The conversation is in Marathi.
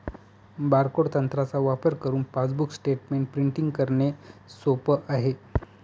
बारकोड तंत्राचा वापर करुन पासबुक स्टेटमेंट प्रिंटिंग करणे सोप आहे